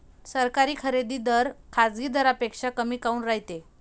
सरकारी खरेदी दर खाजगी दरापेक्षा कमी काऊन रायते?